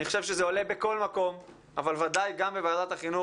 אני חושב שבכל מקום עולה - אבל בוודאי גם בוועדת החינוך